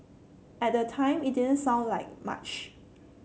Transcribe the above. at the time it didn't sound like much